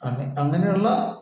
അങ്ങനെയുള്ള